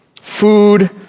food